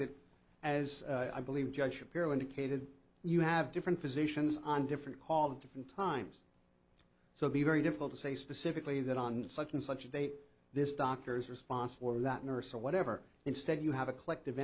that as i believe judge shapiro indicated you have different positions on different call different times so be very difficult to say specifically that on such and such a date this doctor's response for that nurse or whatever instead you have a collective